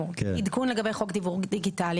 עדכון לגבי חוק דיוור דיגיטלי,